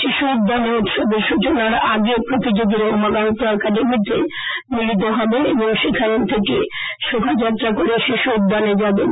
শিশু উদ্যানে উৎসবের সচনার আগে প্রতিযোগীরা উমাকান্ত একাডেমিতে মিলিত হবেন এবং সেখান থেকে শোভাযাত্রা করে তারা শিশু উদ্যানে যাবেন